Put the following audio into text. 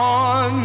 on